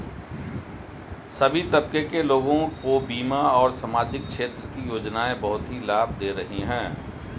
सभी तबके के लोगों को बीमा और सामाजिक क्षेत्र की योजनाएं बहुत ही लाभ दे रही हैं